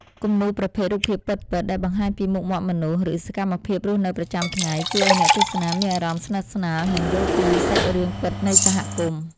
គំនូរប្រភេទ រូបភាពពិតៗ ដែលបង្ហាញពីមុខមាត់មនុស្ស ឬសកម្មភាពរស់នៅប្រចាំថ្ងៃ ជួយឱ្យអ្នកទស្សនាមានអារម្មណ៍ស្និទ្ធស្នាល និងយល់ពីសាច់រឿងពិតនៃសហគមន៍។